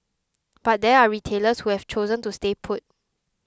but there are retailers who have chosen to stay put